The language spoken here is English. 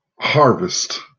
harvest